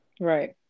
Right